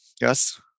Yes